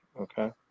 okay